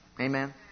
Amen